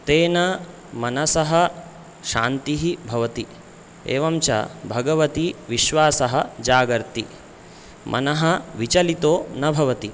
तेन मनसः शान्तिः भवति एवं च भगवति विश्वासः जागर्ति मनः विचलितो न भवति